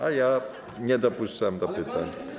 A ja nie dopuszczam do pytań.